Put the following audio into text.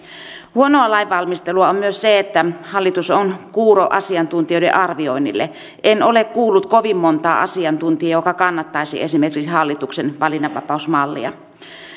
huonoa lainvalmistelua on myös se että hallitus on kuuro asiantuntijoiden arvioinnille en ole kuullut kovin montaa asiantuntijaa joka kannattaisi esimerkiksi hallituksen valinnanvapausmallia